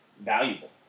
valuable